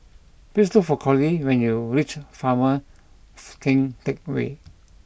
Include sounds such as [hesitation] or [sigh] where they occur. please look for Coley when you reach Former [hesitation] Keng Teck Whay